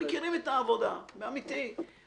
שמכירים את העבודה אמתי.